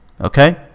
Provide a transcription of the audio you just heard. Okay